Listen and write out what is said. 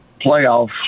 playoffs